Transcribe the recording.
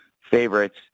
favorites